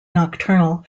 nocturnal